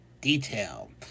detail